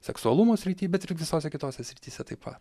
seksualumo srity bet ir visose kitose srityse taip pat